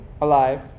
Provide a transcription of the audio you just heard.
alive